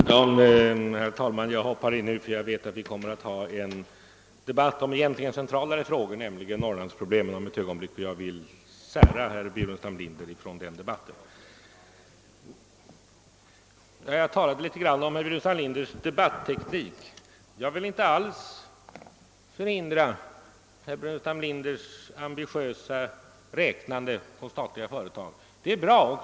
Herr talman! Jag går in i debatten på denna punkt redan nu, eftersom jag vet att vi om ett ögonblick kommer att få en debatt om centralare frågor, nämligen om Norrlandsproblemen, och jag vill sära ut min diskussion med herr Burenstam Linder från den debatten. Jag talade något om herr Burenstam Linders debatteknik. Jag vill inte alls förhindra herr Burenstam Linders ambitiösa räknande på statliga företag. Det är bra.